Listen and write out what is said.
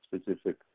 specific